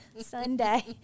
Sunday